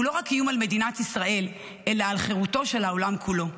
הוא לא רק איום על מדינת ישראל אלא על חירותו של העולם כולו.